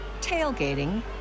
tailgating